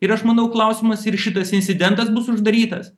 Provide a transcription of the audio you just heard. ir aš manau klausimas ir šitas incidentas bus uždarytas